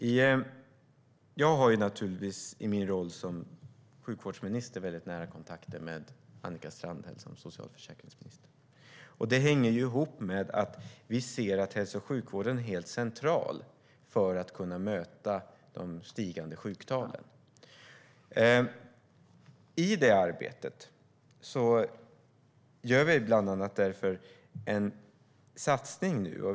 I min roll som sjukvårdsminister har jag naturligtvis mycket nära kontakter med Annika Strandhäll som är socialförsäkringsminister. Det hänger ihop med att vi ser att hälso och sjukvården är helt central för att kunna möta de stigande sjuktalen. I det arbetet gör vi nu bland annat därför en satsning.